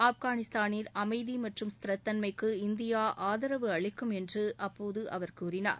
ஆப்கானிஸ்தானின் அமைதி மற்றும் ஸ்திரத்தன்மைக்கு இந்தியா ஆதரவு அளிக்கும் என்று அப்போது அவர் கூறினார்